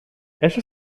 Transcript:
esta